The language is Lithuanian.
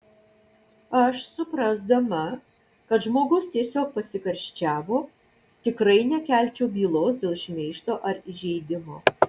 aš suprasdama kad žmogus tiesiog pasikarščiavo tikrai nekelčiau bylos dėl šmeižto ar įžeidimo